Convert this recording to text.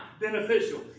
beneficial